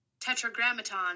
Tetragrammaton